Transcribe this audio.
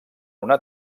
una